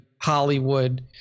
Hollywood